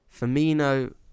Firmino